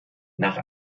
nach